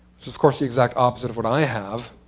so of course the exact opposite of what i have,